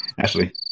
Ashley